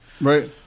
Right